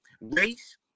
Race